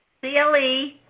CLE